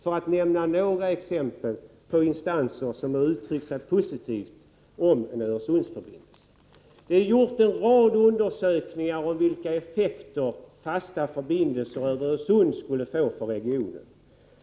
Detta är några exempel på instanser som uttryckt sig positivt om en Öresundsförbindelse av det här slaget. Det har gjorts en rad undersökningar om vilka effekter en fast förbindelse över Öresund skulle få för regionen.